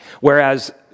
Whereas